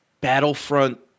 battlefront